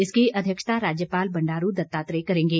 इसकी अध्यक्षता राज्यपाल बंडारू दत्तात्रेय करेंगे